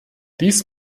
dies